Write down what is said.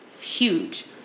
Huge